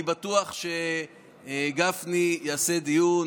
אני בטוח שגפני יעשה דיון,